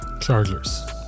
Chargers